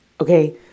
okay